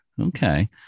Okay